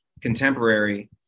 contemporary